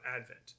Advent